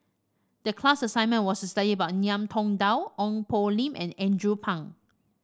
the class assignment was to study about Ngiam Tong Dow Ong Poh Lim and Andrew Phang